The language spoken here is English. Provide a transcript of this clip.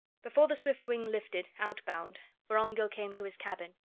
before the swiftwing lifted, outbound, vorongil came to his cabin.